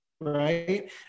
right